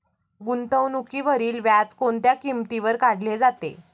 गुंतवणुकीवरील व्याज कोणत्या किमतीवर काढले जाते?